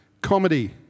Comedy